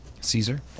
Caesar